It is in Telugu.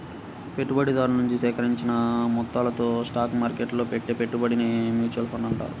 పెట్టుబడిదారుల నుంచి సేకరించిన మొత్తాలతో స్టాక్ మార్కెట్టులో పెట్టే పెట్టుబడినే మ్యూచువల్ ఫండ్ అంటారు